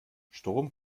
strom